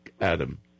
Adam